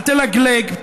אל תלגלג.